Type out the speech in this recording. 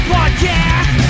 Podcast